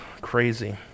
crazy